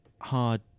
hard